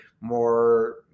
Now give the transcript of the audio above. more